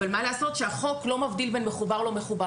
אבל מה לעשות שהחוק לא מבדיל בין מחובר לא מחובר